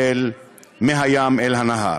מהים אל הנהר.